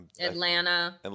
Atlanta